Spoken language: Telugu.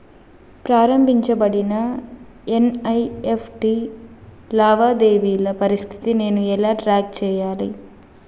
ప్రారంభించబడిన ఎన్.ఇ.ఎఫ్.టి లావాదేవీల స్థితిని నేను ఎలా ట్రాక్ చేయాలి?